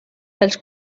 els